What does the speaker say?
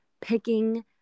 picking